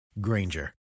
Granger